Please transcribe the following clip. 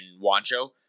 Wancho